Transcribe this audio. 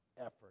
effort